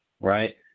right